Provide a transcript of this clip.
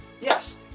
Yes